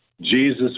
Jesus